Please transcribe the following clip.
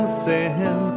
sin